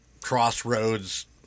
crossroads